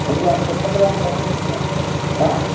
इसलिए आप को कह रहे हैं आयँ